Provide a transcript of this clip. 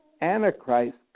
Antichrist